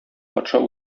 патша